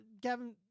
Gavin